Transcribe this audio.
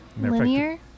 linear